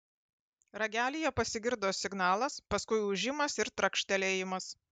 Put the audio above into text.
ragelyje pasigirdo signalas paskui ūžimas ir trakštelėjimas